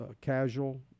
casual